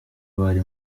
bari